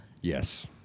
Yes